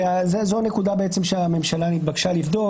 וזו נקודה שהממשלה התבקשה לבדוק,